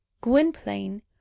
Gwynplaine